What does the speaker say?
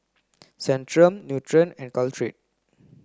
Centrum Nutren and Caltrate